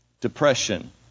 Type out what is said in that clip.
Depression